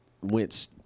went